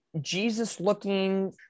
Jesus-looking